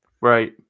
Right